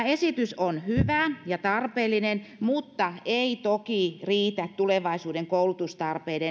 esitys on hyvä ja tarpeellinen mutta ei toki riitä tulevaisuuden koulutustarpeita